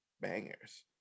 bangers